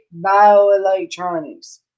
bioelectronics